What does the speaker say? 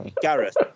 Gareth